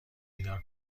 بیدار